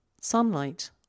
Sunlight